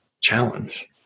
challenge